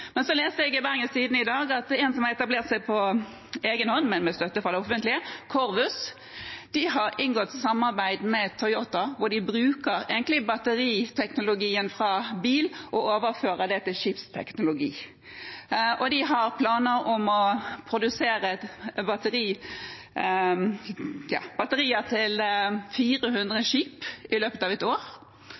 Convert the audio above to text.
Men så leste jeg i Bergens Tidende i dag, at Corvus, som har etablert seg på egen hånd, men med støtte fra det offentlige, har inngått samarbeid med Toyota, hvor de bruker batteriteknologien fra bil og overfører det til skipsteknologi. De har planer om å produsere batterier til 400 skip i løpet av et år.